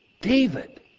David